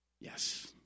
Yes